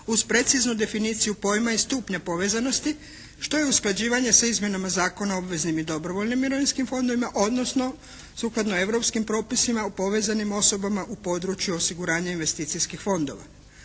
uz preciznu definiciju pojma i stupnja povezanosti što je usklađivanje s izmjenama Zakona o obveznim i dobrovoljnim mirovinskim fondovima, odnosno sukladno europskim propisima o povezanim osobama u području osiguranja investicijskih fondova.